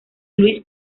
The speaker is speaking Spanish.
luis